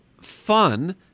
fun